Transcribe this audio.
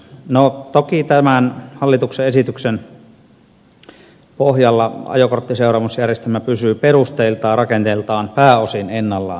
no toki tämän hallituksen esityksen pohjalla ajokorttiseuraamusjärjestelmä pysyy perusteiltaan rakenteiltaan pääosin ennallaan